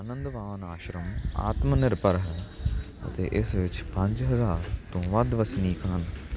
ਆਨੰਦਵਾਨ ਆਸ਼ਰਮ ਆਤਮਨਿਰਭਰ ਹੈ ਅਤੇ ਇਸ ਵਿੱਚ ਪੰਜ ਹਜ਼ਾਰ ਤੋਂ ਵੱਧ ਵਸਨੀਕ ਹਨ